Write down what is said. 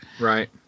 Right